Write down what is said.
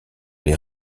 les